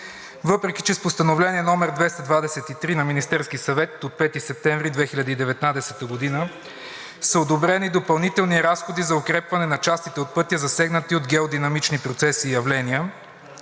въпреки че с Постановление № 223 на Министерския съвет от 5 септември 2019 г. са одобрени допълнителни разходи за укрепване на частите от пътя, засегнати от геодинамични процеси и явления